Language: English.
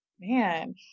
man